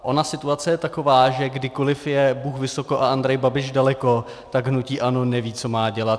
Ona situace je taková, že kdykoli je Bůh vysoko a Andrej Babiš daleko, tak hnutí ANO neví, co má dělat.